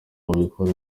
babikora